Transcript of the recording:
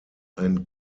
ein